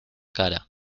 cara